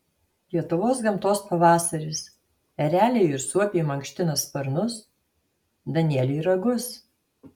lietuvos gamtos pavasaris ereliai ir suopiai mankština sparnus danieliai ragus